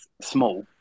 small